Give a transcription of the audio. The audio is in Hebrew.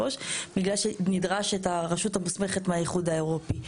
בגלל שנדרש את הרשות המוסמכת מהאיחוד האירופי,